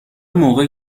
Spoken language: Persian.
موقع